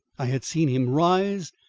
i had seen him rise,